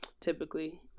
typically